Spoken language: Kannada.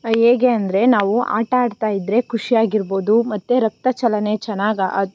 ಹೇಗೆ ಅಂದರೆ ನಾವು ಆಟಾಡ್ತಾಯಿದ್ದರೆ ಖುಷಿಯಾಗಿರ್ಬೋದು ಮತ್ತು ರಕ್ತ ಚಲನೆ ಚೆನ್ನಾಗಿ ಆಗು